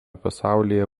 pasaulyje